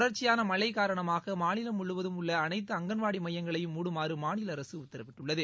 தொடர்ச்சியானமழகாரணமாகமாநிலம் முழுவதும் உள்ளஅனைத்து அங்கன்வாடிமையங்களையும் மூடுமாறுமாநிலஅரசுஉத்தரவிட்டுள்ளது